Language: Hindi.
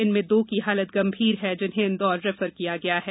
इनमें दो की हालत गंभीर है जिन्हें इंदौर रेफर किया गया है